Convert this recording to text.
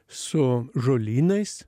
su žolynais